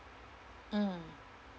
mmhmm